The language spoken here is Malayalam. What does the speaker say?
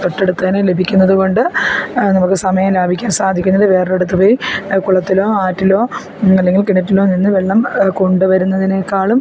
തൊട്ടടുത്ത് തന്നെ ലഭിക്കുന്നത് കൊണ്ട് നമുക്ക് സമയം ലാഭിക്കാൻ സാധിക്കുന്നത് വേറൊരിടത്ത് പോയി കുളത്തിലോ ആറ്റിലോ അല്ലങ്കിൽ കിണറ്റിലോ നിന്ന് വെള്ളം കൊണ്ടു വരുന്നതിനേക്കാളും